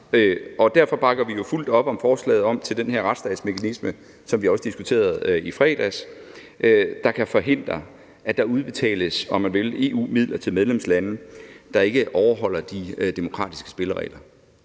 Derfor bakker vi jo fuldt op om forslaget om den her retsstatsmekanisme – som vi også diskuterede i fredags – der kan forhindre, at der udbetales EU-midler til medlemslande, der ikke overholder de demokratiske spilleregler.